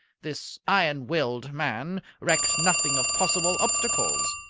this iron-willed man recked nothing of possible obstacles.